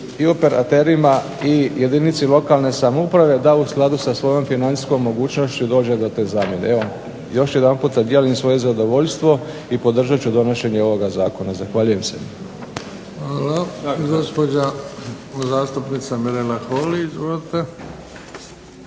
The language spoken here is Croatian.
i operaterima i jedinici lokalne samouprave da u skladu sa svojom financijskom mogućnošću dođe do te zamjene. Evo, još jedanput dijelim svoje zadovoljstvo i podržat ću donošenje ovoga zakona. Zahvaljujem se. **Bebić, Luka (HDZ)** Hvala. Gospođa zastupnica Mirela Holy, izvolite.